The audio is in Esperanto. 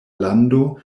lando